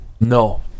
No